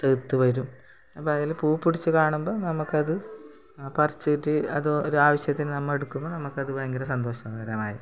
കിളിർത്ത് വരും അപ്പം അതിൽ പൂ പിടിച്ചത് കാണുമ്പോൾ നമുക്കത് പറിച്ചിട്ട് അത് ഒരാവശ്യത്തിന് നമ്മൾ എടുക്കുമ്പം നമുക്കത് ഭയങ്കര സന്തോഷകരമായി